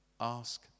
ask